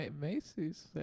macy's